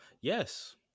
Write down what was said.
Yes